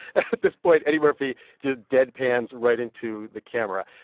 at this point, eddie murphy just deadpans right into the camera.